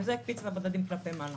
וזה הקפיץ את המדדים כלפי מעלה.